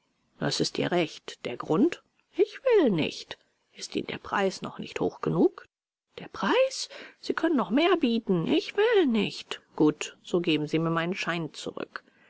das ist ihr recht der grund ich will nicht ist ihnen der preis noch nicht hoch genug der preis sie können noch mehr bieten ich will nicht gut so geben sie mir meinen schein zurück